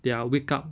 they are wake up